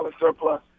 surplus